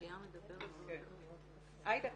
עאידה,